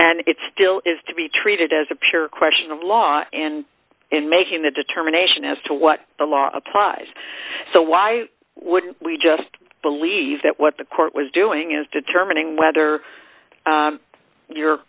and it still is to be treated as a pure question of law and in making the determination as to what the law applies so why wouldn't we just believe that what the court was doing is determining whether your